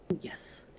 Yes